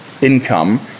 income